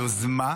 יש מעבר ליוזמה,